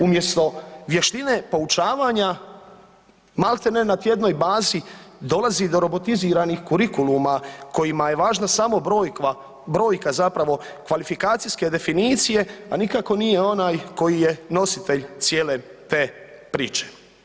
Umjesto vještine poučavanja, maltene na tjednoj bazi dolazi do robotiziranih kurikuluma, kojima je važna samo brojka zapravo kvalifikacijske definicije, a nikako nije onaj koji je nositelj cijele te priče.